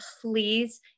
please